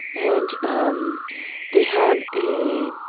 and um they had a